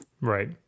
Right